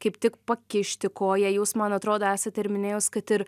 kaip tik pakišti koją jūs man atrodo esat ir minėjus kad ir